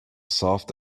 soft